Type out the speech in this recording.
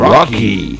Rocky